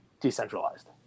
decentralized